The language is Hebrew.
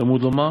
תלמוד לומר: